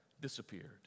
disappeared